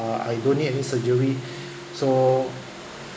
uh I don't need any surgery so